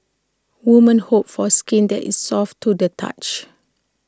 women hope for skin that is soft to the touch